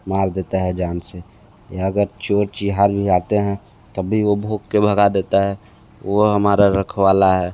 मार देता है जान से या अगर चोर चिहार भी आते हैं तब भी वो भोंक के भगा देता है वो हमारा रखवाला है